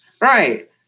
Right